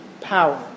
Power